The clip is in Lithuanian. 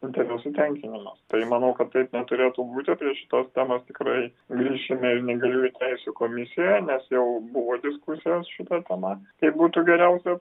interesų tenkinimas tai manau kad taip neturėtų būti tai šitos temos tikrai grįšime ir neįgaliųjų teisių komisijoje nes jau buvo diskusijos šita tema kaip būtų geriausia